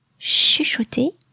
Chuchoter